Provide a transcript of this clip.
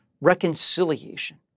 reconciliation